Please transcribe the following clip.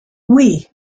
oui